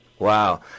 Wow